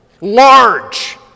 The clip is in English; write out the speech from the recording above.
large